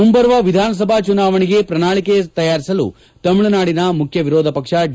ಮುಂಬರುವ ವಿಧಾನಸಭಾ ಚುನಾವಣೆಗೆ ಪ್ರಣಾಳಿಕೆ ತಯಾರಿಸಲು ತಮಿಳುನಾಡಿನ ಮುಖ್ಯ ವಿರೋಧಪಕ್ಷ ಡಿ